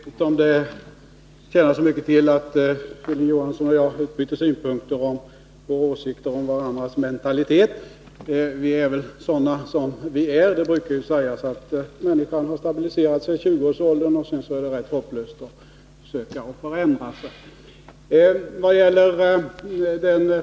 Fru talman! Jag vet inte om det tjänar så mycket till att Hilding Johansson och jag utbyter synpunkter på och åsikter om varandras mentalitet. Vi är sådana som vi är. Det brukar sägas att människan har stabiliserat sig i 20-årsåldern och att det sedan är ett närmast hopplöst företag att försöka få henne att förändra sig.